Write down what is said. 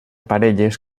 parelles